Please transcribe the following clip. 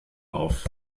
auf